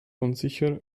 unsicher